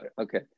okay